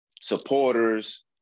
supporters